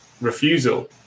refusal